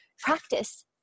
practice